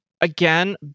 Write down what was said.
Again